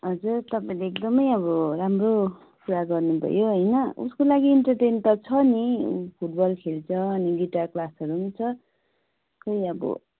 हजुर तपाईँले एकदमै अब राम्रो कुरा गर्नुभयो होइन उसको लागि इन्टरटेनमेन्ट त छ नि फुटबल खेल्छ अनि गिटार क्सासहरू पनि छ खोई अब